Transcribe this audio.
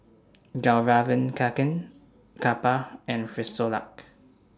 Fjallraven Kanken Kappa and Frisolac